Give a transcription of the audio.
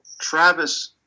Travis